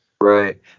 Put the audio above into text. Right